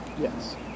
yes